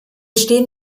stehen